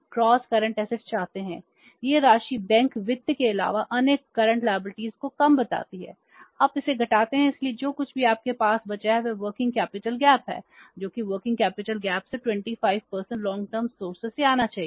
gross current assets से आना चाहिए